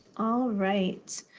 all right.